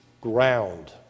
ground